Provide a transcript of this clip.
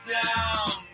down